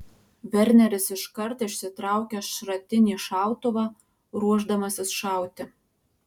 verneris iškart išsitraukia šratinį šautuvą ruošdamasis šauti